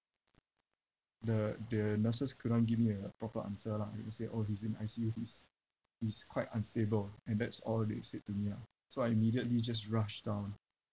the the nurses couldn't give me a proper answer lah they just say orh he's in I_C_U he's he's quite unstable and that's all they said to me ah so I immediately just rushed down